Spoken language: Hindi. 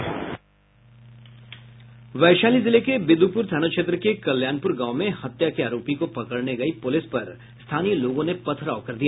वैशाली जिले के बिदुपुर थाना क्षेत्र के कल्याणपुर गांव में हत्या के आरोपी को पकड़ने गयी पुलिस पर स्थानीय लोगों ने पथराव कर दिया